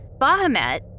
Bahamut